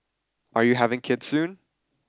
are you having kids soon